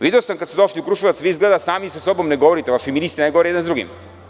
Video sam kada su došli u Kruševac, vi izgleda sami sa sobom ne govorite, vaši ministri ne govore jedni sa drugim.